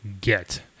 get